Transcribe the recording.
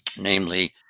namely